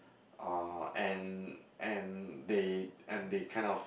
uh and and they and they kind of